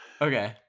Okay